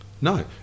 No